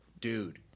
Dude